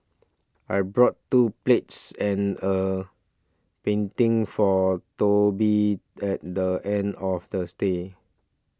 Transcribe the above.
I brought two plates and a painting for Toby at the end of the stay